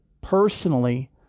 personally